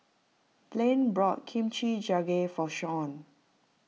Blaine brought Kimchi Jjigae for Shaun